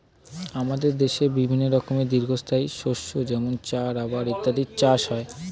আমাদের দেশে বিভিন্ন রকমের দীর্ঘস্থায়ী শস্য যেমন চা, রাবার ইত্যাদির চাষ হয়